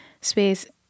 space